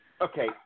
Okay